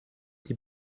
die